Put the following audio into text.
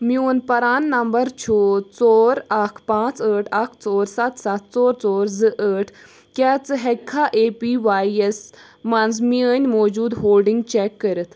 میون پران نمبر چھُ ژور اکھ پانٛژھ ٲٹھ اکھ ژور ستھ ستھ ژور ژور زٕ ٲتھ کیٛاہ ژٕ ہیٚکھا اے پی واے یَس مَنٛز میٲنۍ موٗجوٗدٕ ہولڈنگ چیک کٔرِتھ؟